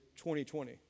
2020